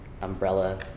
umbrella